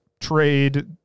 trade